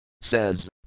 says